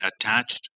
attached